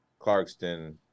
Clarkston